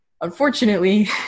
Unfortunately